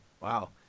Wow